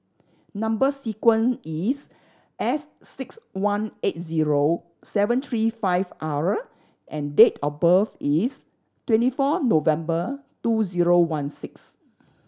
number sequence is S six one eight zero seven three five R and date of birth is twenty four November two zero one six